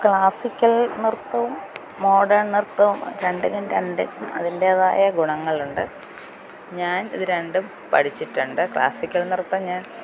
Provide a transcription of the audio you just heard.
classical നൃത്തവും modern നൃത്തവും രണ്ടിനും രണ്ട് അതിന്റേതായ ഗുണങ്ങളുണ്ട് ഞാൻ ഇതു രണ്ടും പഠിച്ചിട്ടുണ്ട് ക്ലാസിക്കൽ നൃത്തം ഞാൻ